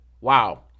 Wow